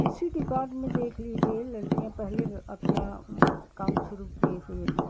किसी डिपार्ट में देख लीजिए लड़कियाँ पहले भी अपना काम शुरू किए हुए हैं